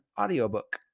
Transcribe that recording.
audiobook